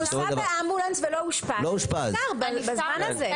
הוא הוסע באמבולנס ולא אושפז, הוא נפטר בזמן הזה.